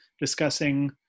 discussing